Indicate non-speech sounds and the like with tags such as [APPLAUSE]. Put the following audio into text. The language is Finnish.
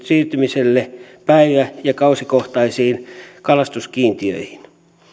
[UNINTELLIGIBLE] siirtymiselle päivä ja kausikohtaisiin kalastuskiintiöihin